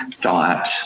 diet